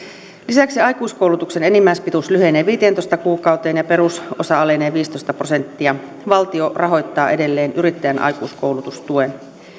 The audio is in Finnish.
lisäksi aikuiskoulutuksen enimmäispituus lyhenee viiteentoista kuukauteen ja perusosa alenee viisitoista prosenttia valtio rahoittaa edelleen yrittäjän aikuiskoulutustuen